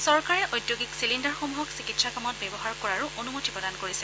চৰকাৰে ঔদ্যোগিক চিলিণ্ণাৰসমূহক চিকিৎসা কামত ব্যৱহাৰ কৰাৰো অনুমতি প্ৰদান কৰিছে